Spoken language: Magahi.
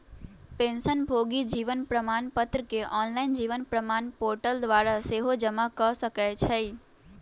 पेंशनभोगी जीवन प्रमाण पत्र के ऑनलाइन जीवन प्रमाण पोर्टल द्वारा सेहो जमा कऽ सकै छइ